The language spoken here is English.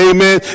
Amen